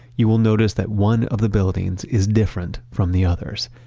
you will notice that one of the buildings is different from the others.